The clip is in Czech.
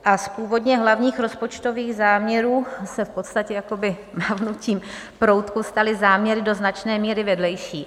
A z původně hlavních rozpočtových záměrů se v podstatě jakoby mávnutím proutku staly záměry do značné míry vedlejší.